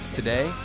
today